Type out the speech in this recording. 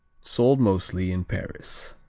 sold mostly in paris.